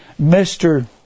Mr